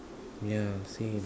yeah same